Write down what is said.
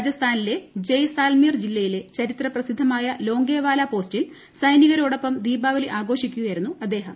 രാജസ്ഥാനിലെ ജയ്സാൽമീർ ജില്ലയിലെ ചരിത്ര പ്രസിദ്ധ്മായ ലോങ്കേവാല പോസ്റ്റിൽ സൈനികരോടൊപ്പം ദീപ്പാവ്ലി ആഘോഷിക്കുകയായിരുന്നു അദ്ദേഹ്ം